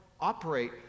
operate